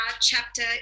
chapter